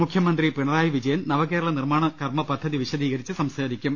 മുഖ്യമന്ത്രി പിണറായി വിജയൻ നവകേരള നിർമ്മാണ കർമ പദ്ധതി വിശദീകരിച്ച് സംസാരിക്കും